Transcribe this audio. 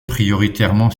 prioritairement